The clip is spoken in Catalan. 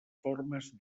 formes